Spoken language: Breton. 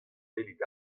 welit